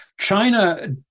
China